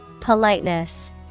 Politeness